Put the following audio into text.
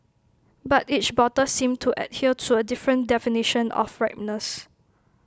but each bottle seemed to adhere to A different definition of ripeness